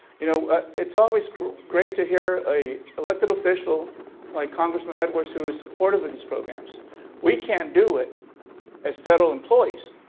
you know ah it's always great to hear an elected official like congresswoman edwards who is supportive of these programs we can't do it as federal employees,